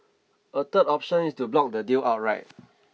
a third option is to block the deal outright